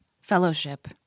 fellowship